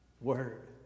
word